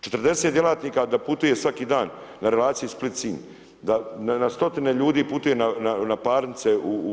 40 djelatnika da putuje svaki dan na relaciji Split – Sinj, da stotine ljudi putuje na parnice.